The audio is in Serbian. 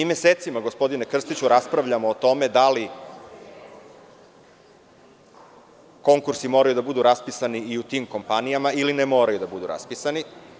Gospodine Krstiću, mi mesecima raspravljamo o tome da li konkursi moraju da budu raspisani i u tim kompanijama ili ne moraju da budu raspisani.